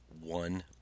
one